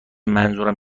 منظورم